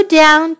down